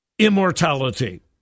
Immortality